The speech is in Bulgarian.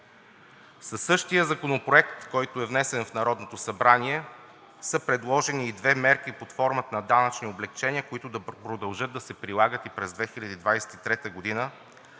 Със същия законопроект, който е внесен в Народното събрание, са предложени и две мерки под формата на данъчни облекчения, които да продължат да се прилагат и през 2023 г., а